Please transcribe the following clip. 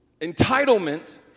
Entitlement